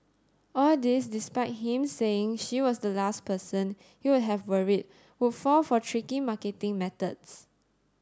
all this despite him saying she was the last person he would have worried would fall for tricky marketing methods